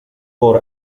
por